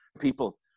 people